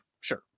Sure